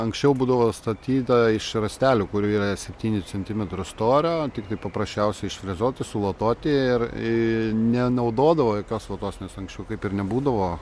anksčiau būdavo statyta iš rąstelių kurių yra septynių centimetrų storio tiktai paprasčiausių išfrezuotų sulotuoti ir į nenaudodavo jokios vatos nes anksčiau kaip ir nebūdavo